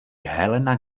helena